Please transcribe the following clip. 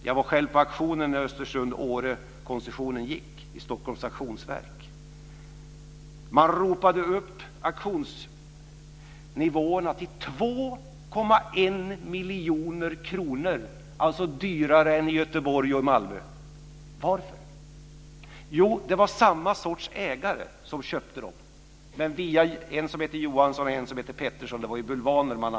Jag var själv på auktionen på Stockholm auktionsverk när koncessionen för Östersund-Åre bjöds ut. Man ropade ut auktionsnivån till 2,1 miljoner kronor. Det var alltså dyrare än i Göteborg och Malmö. Varför? Jo, det var samma ägare som köpte via en som hette Johansson och en som hette Pettersson - man använde sig av bulvaner.